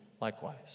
likewise